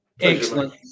Excellent